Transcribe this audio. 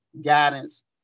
guidance